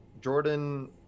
Jordan